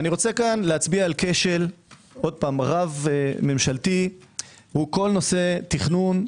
אני רוצה להצביע על כשל רב ממשלתי - כל נושא תכנון,